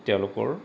তেওঁলোকৰ